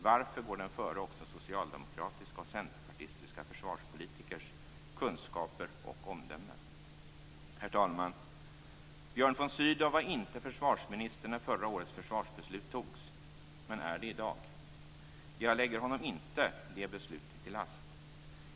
Varför går den före också socialdemokratiska och centerpartistiska försvarspolitikers kunskaper och omdöme? Herr talman! Björn von Sydow var inte försvarsminister när förra årets försvarsbeslut fattades, men är det i dag. Jag lägger honom inte det beslutet till last.